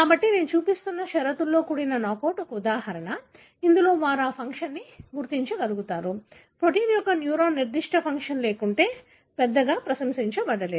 కాబట్టి నేను చూపిస్తున్నది షరతులతో కూడిన నాకౌట్కు ఒక ఉదాహరణ ఇందులో వారు ఒక ఫంక్షన్ను గుర్తించగలుగుతారు ప్రోటీన్ యొక్క న్యూరాన్ నిర్దిష్ట ఫంక్షన్ లేకుంటే పెద్దగా ప్రశంసించబడలేదు